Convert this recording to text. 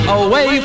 away